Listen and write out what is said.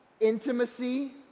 intimacy